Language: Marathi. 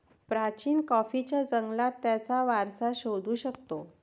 प्राचीन कॉफीच्या जंगलात त्याचा वारसा शोधू शकतो